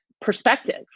perspective